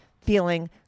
feeling